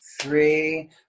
three